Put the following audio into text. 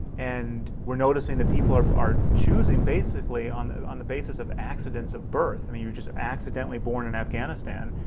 and we're noticing that people are are choosing basically on on the basis of accidents of birth. i mean you just accidentally born in afghanistan,